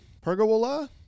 Pergola